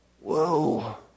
Whoa